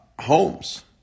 Homes